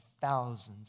thousands